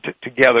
together